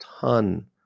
ton